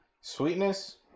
Sweetness